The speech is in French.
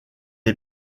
les